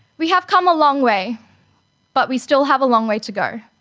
we have come a long way but we still have a long way to go.